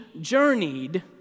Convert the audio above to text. journeyed